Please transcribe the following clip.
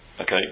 Okay